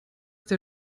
der